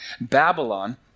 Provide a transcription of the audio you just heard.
Babylon